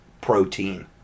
protein